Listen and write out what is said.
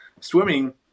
swimming